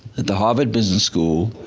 that the harvard business school,